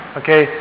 okay